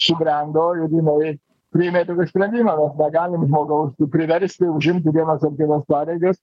subrendo ir jinai priėmė sprendimą mes negalim žmogaus priversti užimti vienas ar kitas pareigas